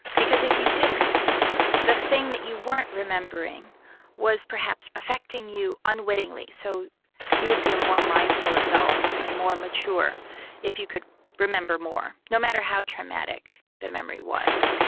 because if you didn't the thing that you weren't remembering was perhaps affecting you unwittingly so you would be a more mindful adult and more mature if you could remember more no matter how traumatic the memory was.